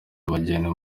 abageni